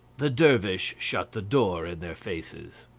the dervish shut the door in their faces.